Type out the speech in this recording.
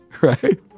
right